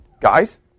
guys